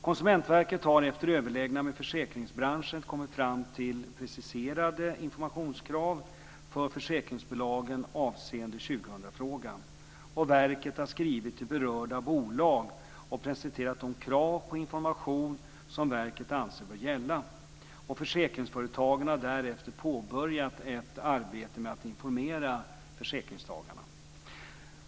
Konsumentverket har efter överläggningar med försäkringsbranschen kommit fram till preciserade informationskrav för försäkringsbolagen avseende 2000-frågan. Och verket har skrivit till berörda bolag och presenterat de krav på information som verket anser bör gälla, och försäkringsföretagen har därefter påbörjat ett arbete med att informera försäkringstagarna.